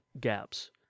gaps